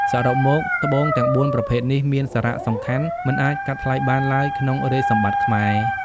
សរុបមក ត្បូងទាំងបួនប្រភេទនេះមានសារៈសំខាន់មិនអាចកាត់ថ្លៃបានឡើយក្នុងរាជសម្បត្តិខ្មែរ។